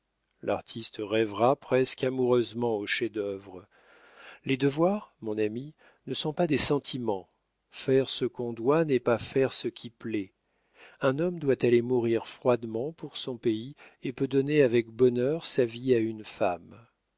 l'artiste rêvera presque amoureusement au chef-d'œuvre les devoirs mon ami ne sont pas des sentiments faire ce qu'on doit n'est pas faire ce qui plaît un homme doit aller mourir froidement pour son pays et peut donner avec bonheur sa vie à une femme